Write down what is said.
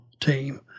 team